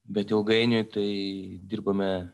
bet ilgainiui tai dirbome